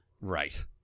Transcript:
right